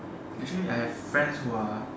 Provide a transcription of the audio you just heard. actually I have friends who are